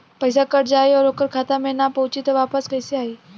पईसा कट जाई और ओकर खाता मे ना पहुंची त वापस कैसे आई?